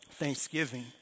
Thanksgiving